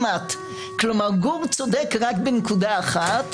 גור צודק רק בנקודה אחת,